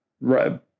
right